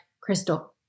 Crystal